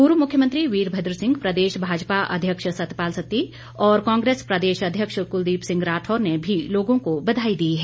पूर्व मुख्यमंत्री वीरभद्र सिंह प्रदेश भाजपा अध्यक्ष सतपाल स त्ती और कांग्रेस प्रदेशाध्यक्ष कुलदीप सिंह राठौर ने भी लोगों को बधाई दी है